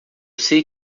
sei